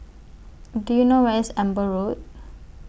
Do YOU know Where IS Amber Road